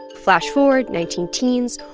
flash-forward, nineteen teens,